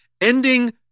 ending